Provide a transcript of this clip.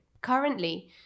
Currently